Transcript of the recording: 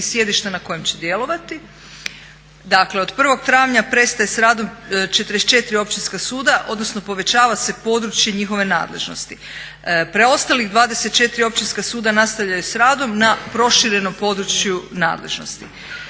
sjedišta na kojim će djelovati. Dakle, od 1. travnja prestaje s radom 44 općinska suda, odnosno povećava se područje njihove nadležnosti. Preostalih 24 općinska suda nastavljaju s radom na proširenom području nadležnosti.